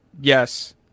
Yes